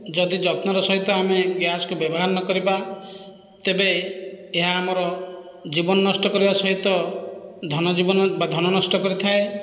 ଯଦି ଯତ୍ନର ସହିତ ଆମେ ଗ୍ୟାସଟିକୁ ବ୍ୟବହାର ନ କରିବା ତେବେ ଏହା ଆମର ଜୀବନ ନଷ୍ଟ କରିବା ସହିତ ଧନଜୀବନ ବା ଧନ ନଷ୍ଟ କରିଥାଏ